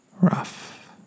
rough